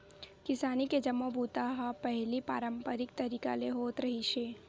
किसानी के जम्मो बूता ह पहिली पारंपरिक तरीका ले होत रिहिस हे